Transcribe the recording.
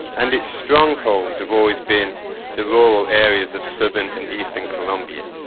and its strongholds have always been the rural areas of southern and eastern colombia.